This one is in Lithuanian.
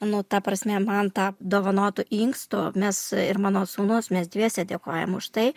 nu ta prasme man tą dovanotu inkstu mes ir mano sūnus mes dviese dėkojam už tai